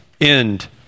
end